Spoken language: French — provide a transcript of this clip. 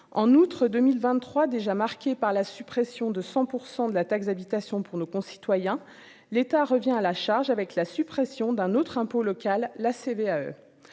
en outre 2023, déjà marqué par la suppression de 100 pour 100 de la taxe d'habitation pour nos concitoyens, l'État revient à la charge avec la suppression d'un autre impôt local la CVAE